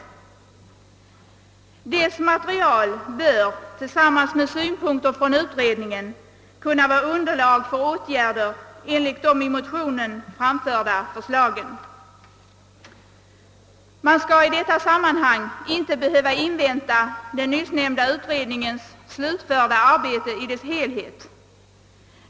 Socialstyrelsens material bör tillsammans med synpunkterna från utredningen kunna utgöra underlag för åtgärder enligt de i motionen framförda förslagen. Man torde i detta sammanhang inte behöva vänta på att den nyss nämnda utredningen skall slutföra sitt arbete helt och hållet.